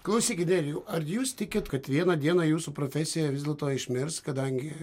klausykit nerijau ar jūs tikit kad vieną dieną jūsų profesija vis dėlto išmirs kadangi